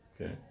Okay